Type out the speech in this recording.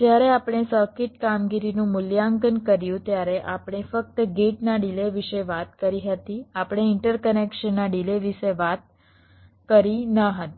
જ્યારે આપણે સર્કિટ કામગીરીનું મૂલ્યાંકન કર્યું ત્યારે આપણે ફક્ત ગેટના ડિલે વિશે વાત કરી હતી આપણે ઇન્ટરકનેક્શનના ડિલે વિશે વાત કરી ન હતી